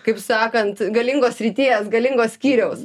kaip sakant galingos srities galingo skyriaus